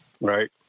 right